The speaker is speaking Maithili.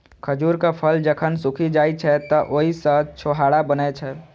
खजूरक फल जखन सूखि जाइ छै, तं ओइ सं छोहाड़ा बनै छै